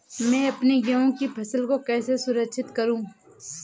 मैं अपनी गेहूँ की फसल को कैसे सुरक्षित करूँ?